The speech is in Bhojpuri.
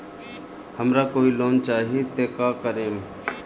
हमरा कोई लोन चाही त का करेम?